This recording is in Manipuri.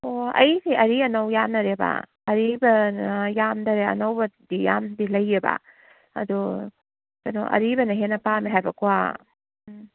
ꯑꯣ ꯑꯩꯒꯤꯁꯦ ꯑꯔꯤ ꯑꯅꯧ ꯌꯥꯟꯅꯔꯦꯕ ꯑꯔꯤꯕꯅ ꯌꯥꯝꯗꯔꯦ ꯑꯅꯧꯕꯗꯗꯤ ꯌꯥꯝꯅꯗꯤ ꯂꯩꯌꯦꯕ ꯑꯗꯣ ꯀꯩꯅꯣ ꯑꯔꯤꯕꯅ ꯍꯦꯟꯅ ꯄꯥꯝꯃꯦ ꯍꯥꯏꯕꯀꯣ ꯎꯝ